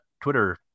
twitter